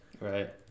Right